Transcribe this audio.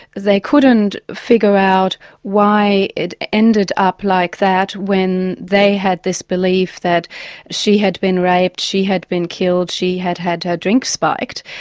they couldn't figure out why it ended up like that when they had this belief that she had been raped, she had been killed, she had had her drinks spiked.